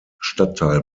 stadtteil